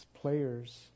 players